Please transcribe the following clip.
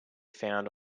found